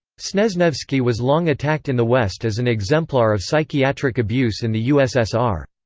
snezhnevsky was long attacked in the west as an exemplar of psychiatric abuse in the ussr.